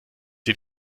dir